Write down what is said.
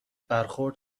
برخورد